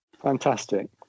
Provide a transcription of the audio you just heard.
Fantastic